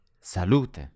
salute